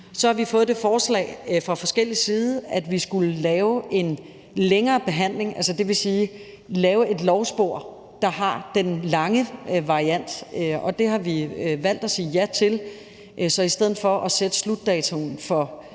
Så har vi fået det forslag fra forskellig side, at vi skulle lave en længere behandling; det vil sige lave et lovspor, der har den lange variant, og det har vi valgt at sige ja til. Så i stedet for at sætte slutdatoen for